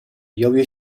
由于